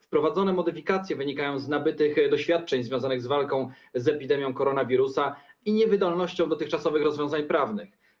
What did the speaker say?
Wprowadzone modyfikacje wynikają z nabytych doświadczeń związanych z walką z epidemią koronawirusa i niewydolności dotychczasowych rozwiązań prawnych.